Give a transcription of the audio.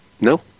No